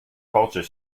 culture